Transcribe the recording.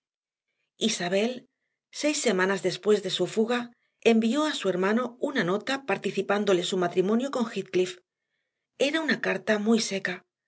isabel seis semanas después de su fuga envió a su hermano una nota participándole su matrimonio con heathcliff era una carta muy seca